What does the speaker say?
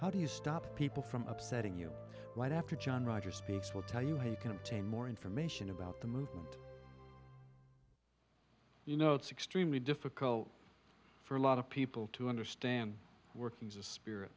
how do you stop people from upsetting you right after john rogers speaks will tell you he can obtain more information about the movement you know it's extremely difficult for a lot of people to understand the workings of spirit